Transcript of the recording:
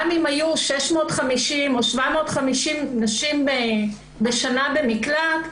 גם אם היו 650 או 750 נשים בשנה במקלט,